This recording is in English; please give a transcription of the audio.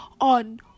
on